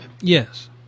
Yes